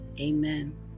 Amen